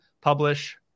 publish